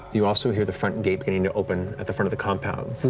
you also hear the front gate beginning to open at the front of the compound.